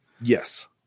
yes